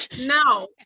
no